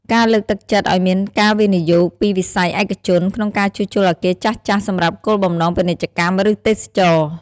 ការលើកទឹកចិត្តឱ្យមានការវិនិយោគពីវិស័យឯកជន ក្នុងការជួសជុលអគារចាស់ៗសម្រាប់គោលបំណងពាណិជ្ជកម្ម ឬទេសចរណ៍។